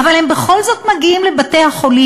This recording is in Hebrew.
אבל הם בכל זאת מגיעים לבתי-החולים.